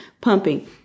pumping